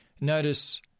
Notice